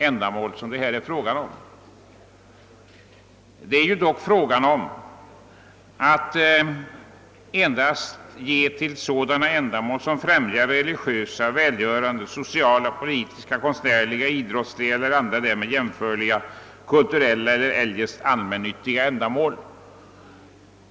Vad saken gäller är endast att medge frihet från arvsskatt för ideella stiftelser och sammanslutningar som främjar religiösa, välgörande, sociala, politiska, konstnärliga, idrottsliga eller andra därmed jämförliga kulturella eller eljest allmännyttiga ändamål.